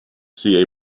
see